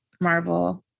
Marvel